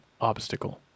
obstacle